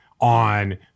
on